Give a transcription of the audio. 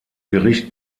gericht